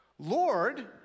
Lord